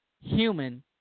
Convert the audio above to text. human